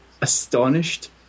astonished